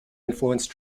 influence